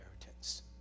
inheritance